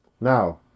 now